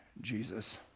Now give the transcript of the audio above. Jesus